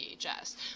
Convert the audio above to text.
VHS